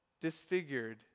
disfigured